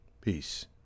Peace